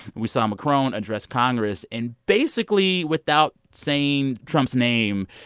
we saw macron address congress and basically, without saying trump's name,